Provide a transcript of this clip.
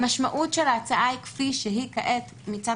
המשמעות של ההצעה כפי שהיא כעת מצד